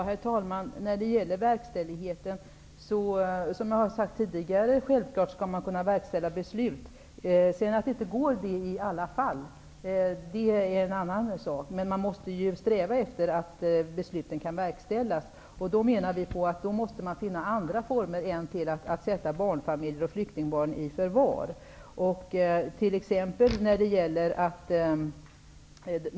Herr talman! Självklart skall man, som jag har sagt tidigare, kunna verkställa beslut. Att det sedan inte går i samtliga fall är en annan sak. Men man måste sträva efter att besluten skall kunna verkställas. Då menar vi att man måste finna andra former än att ta barnfamiljer och flyktingbarn i förvar.